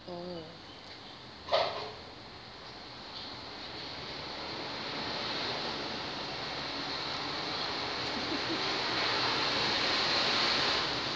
oh